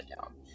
down